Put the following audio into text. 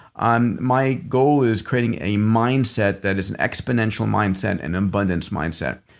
um my goal is creating a mindset that is an exponential mindset and an abundance mindset.